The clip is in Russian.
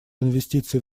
инвестиций